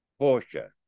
Porsche